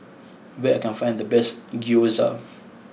where can I find the best Gyoza